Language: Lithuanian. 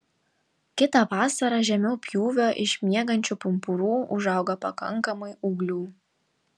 kitą vasarą žemiau pjūvio iš miegančių pumpurų užauga pakankamai ūglių